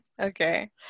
okay